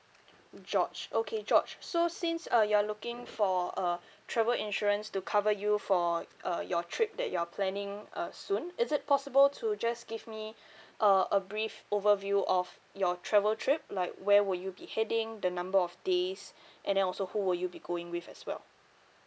george okay george so since uh you're looking for a travel insurance to cover you for uh your trip that you're planning uh soon is it possible to just give me uh a brief overview of your travel trip like where will you be heading the number of days and then also who will you be going with as well